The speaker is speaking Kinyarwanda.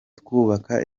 twubaka